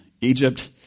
Egypt